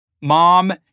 Mom